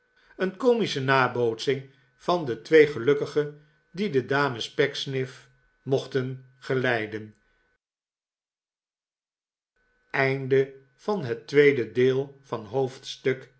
een komische nabootsing van de twee gelukkigen die de dames pecksniff mochten geleiden